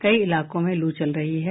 कई इलाकों में लू चल रही है